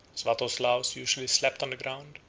swatoslaus usually slept on the ground,